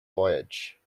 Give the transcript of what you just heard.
voyage